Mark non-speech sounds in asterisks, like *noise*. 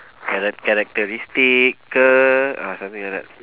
charac~ characteristic *noise* ah something like that